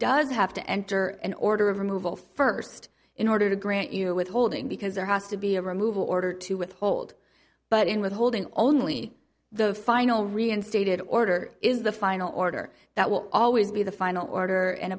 doesn't have to enter an order of removal first in order to grant you withholding because there has to be a removal order to withhold but in withholding only the final reinstated order is the final order that will always be the final order